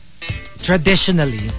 traditionally